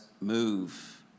move